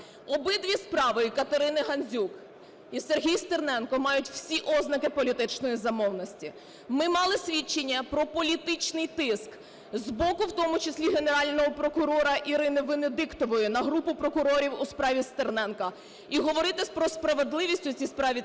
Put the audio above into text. Обидві справи і Катерини Гандзюк, і Сергія Стерненка мають всі ознаки політичної замовності. Ми мали свідчення про політичний тиск з боку в тому числі Генерального прокурора Ірини Венедіктової на групу прокурорів у справі Стерненка. І говорити про справедливість у цій справі, теж